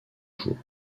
jours